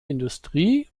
industrie